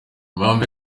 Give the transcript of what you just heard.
impamvu